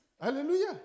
Hallelujah